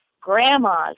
Grandmas